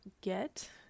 get